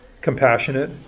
compassionate